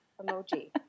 Emoji